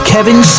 Kevin